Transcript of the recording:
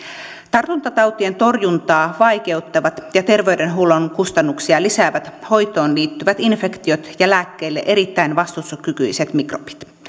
tartuntatautien torjuntaa vaikeuttavat ja terveydenhuollon kustannuksia lisäävät hoitoon liittyvät infektiot ja lääkkeille erittäin vastustuskykyiset mikrobit